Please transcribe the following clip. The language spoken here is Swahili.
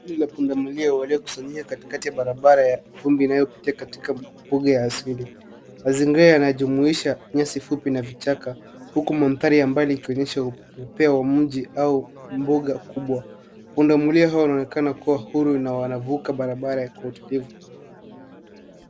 Kundi la punda milia waliokusanyika kati kati ya bara bara ya vumbi inayopitia katika mbugu ya asili mazingira yanajumuisha nyasi fupi na vichaka huku mandhari ya mbali ikionyesha upeo wa mji au mboga kubwa punda milia hawa wanaonekana kuwa huru na wanavuka bara bara kwa utulivu